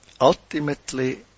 ultimately